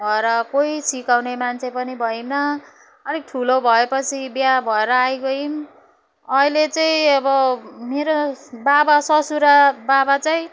घर कोही सिकाउने मान्छे पनि भएन अलिक ठुलो भएपछि बिहा भएर आइगयौँ अहिले चाहिँ अब मेरा बाबा ससुरा बाबा चाहिँ